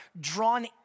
drawn